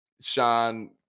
Sean